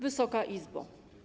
Wysoka Izbo!